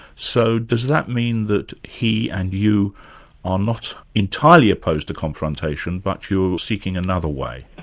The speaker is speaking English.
so does that mean that he and you are not entirely opposed to confrontation, but you're seeking another way?